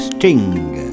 Sting